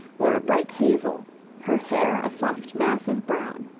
were a bright hazel her hair a soft mass of brown.